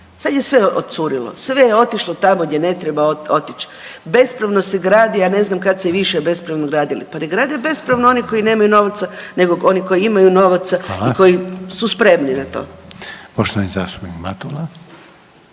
Sad je sve odcurilo, sve je otišlo tamo gdje ne treba otić. Bespravno se gradi, a ne znam kad se više bespravno gradili, pa ne bespravno oni koji nemaju novaca nego koji imaju novaca i koji su spremni na to. **Reiner, Željko